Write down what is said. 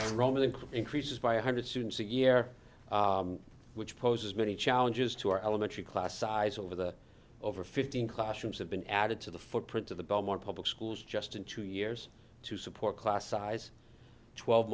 income increases by one hundred students a year which poses many challenges to our elementary class size over the over fifteen classrooms have been added to the footprint of the belmont public schools just in two years to support class size twelve